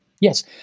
Yes